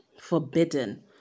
forbidden